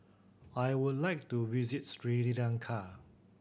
I would like to visit Sri Lanka